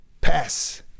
pass